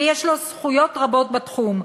ויש לו זכויות רבות בתחום.